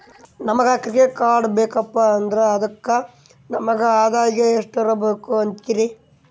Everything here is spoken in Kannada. ನಮಗ ಕ್ರೆಡಿಟ್ ಕಾರ್ಡ್ ಬೇಕಪ್ಪ ಅಂದ್ರ ಅದಕ್ಕ ನಮಗ ಆದಾಯ ಎಷ್ಟಿರಬಕು ಅಂತೀರಿ?